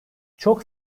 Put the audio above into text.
çok